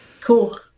Cool